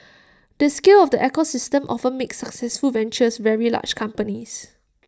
the scale of the ecosystem often makes successful ventures very large companies